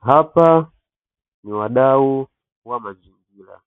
Hapa ni wadau wa mazingira